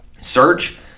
search